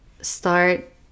start